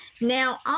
Now